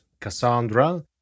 Cassandra